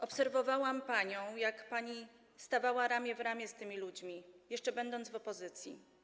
Obserwowałam panią, jak pani stawała ramię w ramię z tymi ludźmi, jeszcze będąc w opozycji.